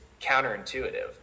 counterintuitive